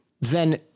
then-